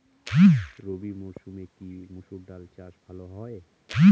রবি মরসুমে কি মসুর ডাল চাষ ভালো হয়?